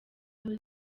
holy